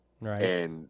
Right